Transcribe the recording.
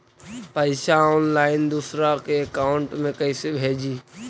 पैसा ऑनलाइन दूसरा के अकाउंट में कैसे भेजी?